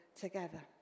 together